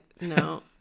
No